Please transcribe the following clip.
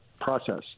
process